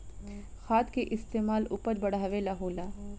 खाद के इस्तमाल उपज बढ़ावे ला होला